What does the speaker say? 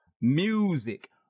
music